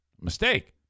mistake